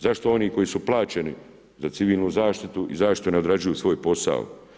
Zašto oni koji su plaćeni za civilnu zaštitu i zaštitu ne odrađuju svoj posao?